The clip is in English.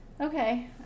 Okay